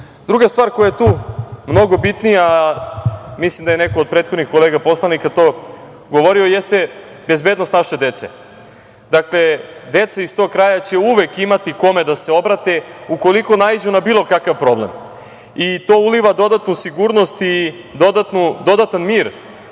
stvar koja je tu mnogo bitnija, mislim da je neko od prethodnih kolega poslanika to govorio, jeste bezbednost naše dece. Deca iz tog kraja će uvek imati kome da se obrate ukoliko naiđu na bilo kakav problem. To uliva dodatnu sigurnost i dodatan mir